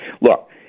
Look